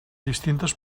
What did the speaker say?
distintes